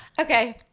Okay